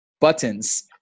buttons